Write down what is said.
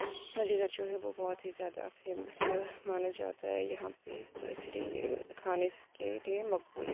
علی گڑھ جو ہے وہ بہت ہی زیادہ فیمس ہے مانا جاتا ہے یہاں پہ تو اس لیے کھانے کے لیے مقبول ہے